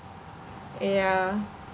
yeah